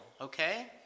okay